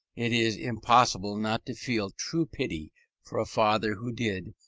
it is impossible not to feel true pity for a father who did,